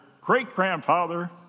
great-grandfather